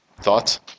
Thoughts